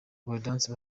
gaudence